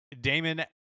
Damon